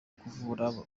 kuvura